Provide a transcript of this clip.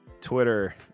Twitter